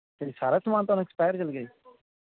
ਅਤੇ ਸਾਰਾ ਸਮਾਨ ਤੁਹਾਨੂੰ ਐਕਸਪਾਇਅਰ ਚਲ ਗਿਆ ਜੀ